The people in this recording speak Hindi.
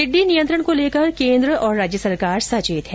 टिड्डी नियंत्रण को लेकर केन्द्र और राज्य सरकार सचेत हैं